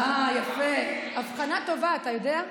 אה, יפה, הבחנה טובה, אתה יודע,